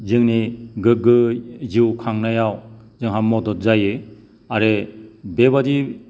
जोंनि गोगो जिउ खांनायाव जोंहा मदद जायो आरो बेबादि